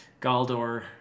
Galdor